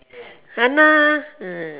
!hanna! ah